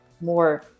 more